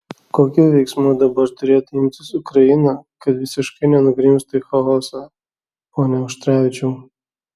kokių veiksmų dabar turėtų imtis ukraina kad visiškai nenugrimztų į chaosą pone auštrevičiau